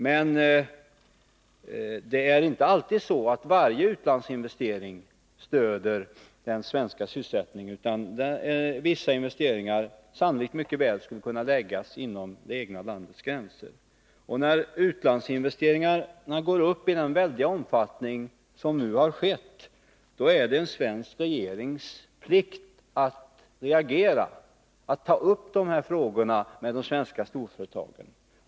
Men det är inte alltid så att varje utlandsinvestering ställer den svenska sysselsättningen, utan vissa investeringar skulle sannolikt mycket väl kunna läggas inom det egna landets gränser. När utlandsinvesteringarna går upp i den väldiga omfattning som nu har skett är det den svenska regeringens plikt att reagera, att ta upp dessa frågor med de svenska storföretagen.